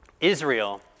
Israel